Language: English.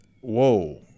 Whoa